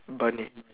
bunny